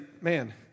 man